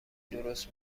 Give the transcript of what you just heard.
درست